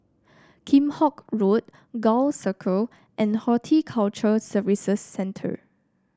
Kheam Hock Road Gul Circle and Horticulture Services Centre